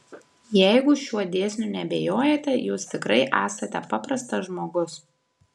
jeigu šiuo dėsniu neabejojate jūs tikrai esate paprastas žmogus